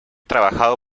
trabajado